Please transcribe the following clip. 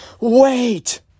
Wait